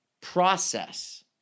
process